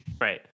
right